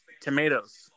tomatoes